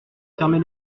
fermer